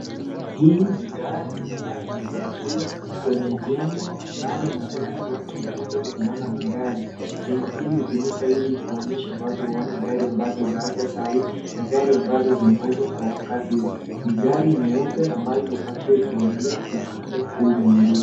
Hii ni gari ambayo imepakiwa kwenye jengo ambalo magari watu hukuja kuona magari. Jengo hili hutumika ili kuonyesha watu gari ambazo zimekuja sai na gari ambazo zinauzwa kwa wakati huu. Ni gari nyeupe ambayo imepakiwa ukiangalia upande huu mwingine.